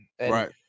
right